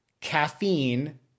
caffeine